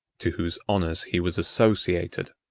to whose honors he was associated.